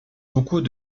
beaucoup